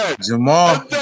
Jamal